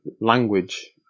language